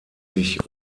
sich